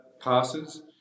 passes